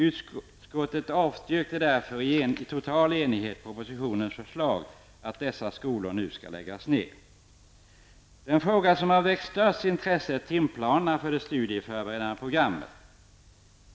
Utskottet avstyrker därför i total enighet propositionens förslag att dessa skolor skall läggas ned. Den fråga som väckt störst intresse är timplanerna för de studieförberedande programmen.